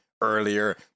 earlier